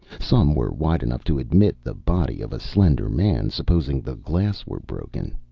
some were wide enough to admit the body of a slender man, supposing the glass were broken.